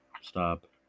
Stop